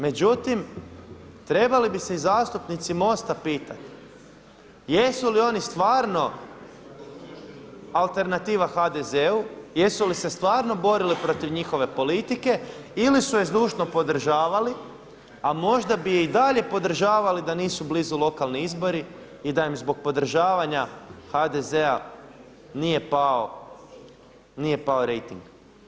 Međutim trebali bi se i zastupnici MOST-a pitati, jesu li oni stvarno alternativa HDZ-u, jesu li se stvarno borili protiv njihove politike ili su je zdušno podržavali, a možda bi i dalje podržavali da nisu blizu lokalni izbori i da im zbog podržavanja HDZ-a nije pao rejting.